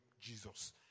Jesus